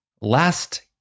Last